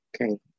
Okay